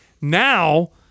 Now